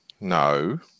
No